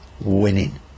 winning